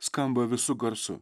skamba visu garsu